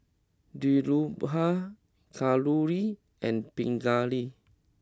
Dhirubhai Kalluri and Pingali